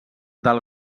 del